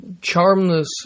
charmless